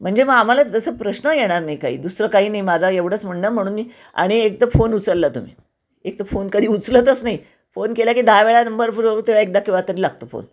म्हणजे मग आम्हाला जसं प्रश्न येणार नाही काही दुसरं काही नाही माझा एवढंच म्हणणं म्हणून मी आणि एकतर फोन उचलला तुम्ही एकतर फोन कधी उचलतच नाही फोन केला की दहा वेळा नंबर फिरवू तेव्हा एकदा किंवा तरी लागतो फोन